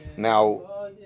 now